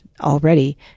already